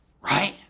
right